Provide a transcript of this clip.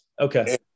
Okay